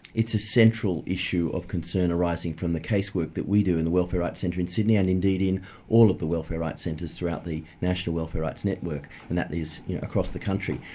it's a central issue of concern arising from the casework that we do in the welfare rights centre in sydney and indeed in all of the welfare rights centres throughout the national welfare rights network and that is across the country.